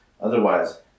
Otherwise